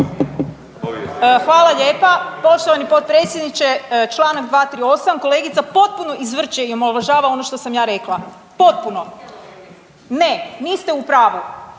Hvala lijepa poštovani potpredsjedniče. Čl. 238., kolegica potpuno izvrće i omalovažava ono što sam ja rekla, potpuno…/Upadica